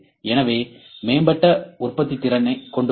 எனவே மேம்பட்ட உற்பத்தித்திறன் கொண்டுள்ளது